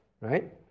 right